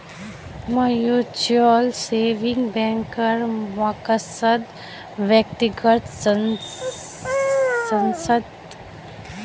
mutual savings बैंकेर मकसद व्यक्तिगत सदस्य लाक बच्वार तने एक टा सुरक्ष्हित जोगोह देना छे